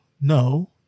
No